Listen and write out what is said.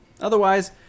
otherwise